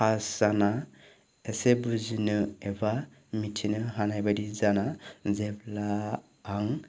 pass जाना एसे बुजिनो एबा मिथिनो हानायबादि जाना जेब्ला आं